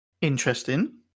Interesting